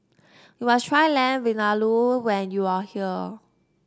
you must try Lamb Vindaloo when you are here